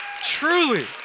Truly